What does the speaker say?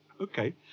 okay